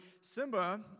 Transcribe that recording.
Simba